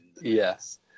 Yes